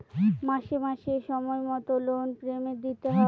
মাসে মাসে সময় মতো লোন পেমেন্ট দিতে হয়